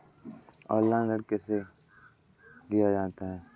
Online ऋण कैसे लिया जाता है?